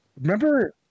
Remember